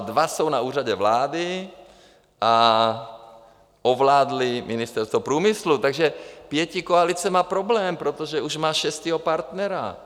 Dva jsou na Úřadě vlády a ovládli Ministerstvo průmyslu, takže pětikoalice má problém, protože už má šestého partnera.